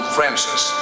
Francis